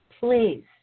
Please